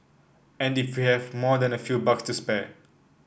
and if we have more than a few bucks to spare